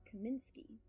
Kaminsky